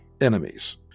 Enemies